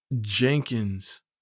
Jenkins